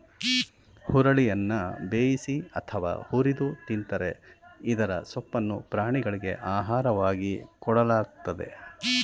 ಹುರುಳಿಯನ್ನ ಬೇಯಿಸಿ ಅಥವಾ ಹುರಿದು ತಿಂತರೆ ಇದರ ಸೊಪ್ಪನ್ನು ಪ್ರಾಣಿಗಳಿಗೆ ಆಹಾರವಾಗಿ ಕೊಡಲಾಗ್ತದೆ